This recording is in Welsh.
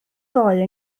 ddoe